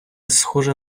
схоже